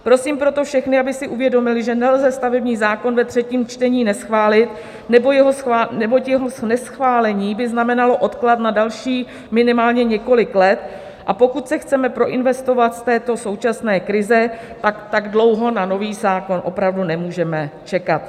Prosím proto všechny, aby si uvědomili, že nelze stavební zákon ve třetím čtení neschválit, neboť jeho neschválení by znamenalo odklad na dalších minimálně několik let, a pokud se chceme proinvestovat z této současné krize, tak dlouho na nový zákon opravdu nemůžeme čekat.